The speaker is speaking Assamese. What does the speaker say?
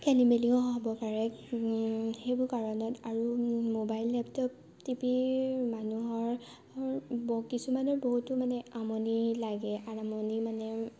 খেলিমেলিও হ'ব পাৰে হেইবোৰ কাৰণত আৰু মবাইল লেপটপ টিপি মানুহৰ কিছুমান বহুতো আমনি লাগে আৰু আমনি মানে